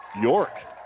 York